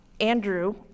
Andrew